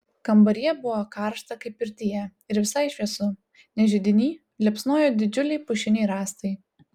kambaryje buvo karšta kaip pirtyje ir visai šviesu nes židiny liepsnojo didžiuliai pušiniai rąstai